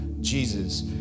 Jesus